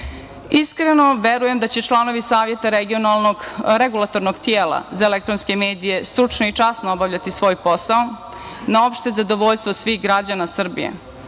Iskreno verujem da će članovi Saveta regulatornog tela za elektronske medije, stručno i časno obavljati svoj posao, na opšte zadovoljstvo svih građana